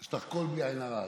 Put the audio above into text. יש לך קול, בלי עין הרע.